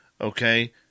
okay